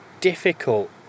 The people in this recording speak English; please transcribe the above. difficult